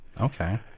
Okay